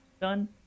done